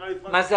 נראה לי זמן סביר.